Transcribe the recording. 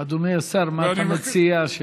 אדוני השר, מה אתה מציע?